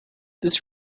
this